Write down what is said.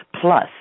Plus